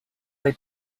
they